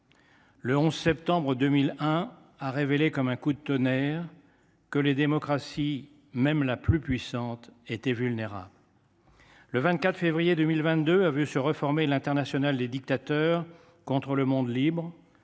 Le 11 septembre 2001 a révélé comme un coup de tonnerre que les démocraties, jusqu’à la plus puissante, étaient vulnérables. Le 24 février 2022 a vu se reformer l’internationale des dictateurs contre le monde libre